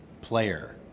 player